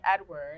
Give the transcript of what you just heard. Edward